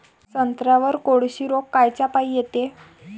संत्र्यावर कोळशी रोग कायच्यापाई येते?